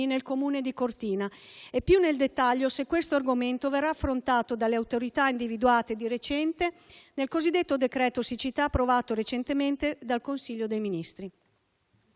nel Comune di Cortina e, più nel dettaglio, se questo argomento verrà affrontato dalle autorità individuate di recente nel cosiddetto decreto siccità, approvato recentemente dal Consiglio dei ministri.